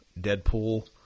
Deadpool